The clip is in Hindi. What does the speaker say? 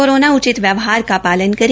कोरोना उचित व्यवहार का पालन करें